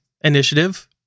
initiative